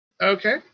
Okay